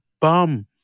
bum